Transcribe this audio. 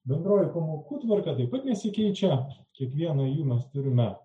bendroji pamokų tvarka taip pat nesikeičia kiekvienai jų mes turime